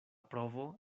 provo